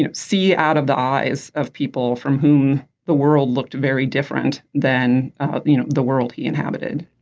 and see out of the eyes of people from whom the world looked very different than ah you know the world he inhabited